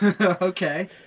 Okay